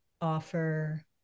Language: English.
offer